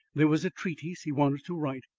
there was a treatise he wanted to write,